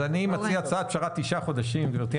אני מציע הצעת פשרה, תשעה חודשים.